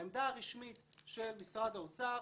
העמדה הרשמית של משרד האוצר,